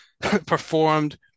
performed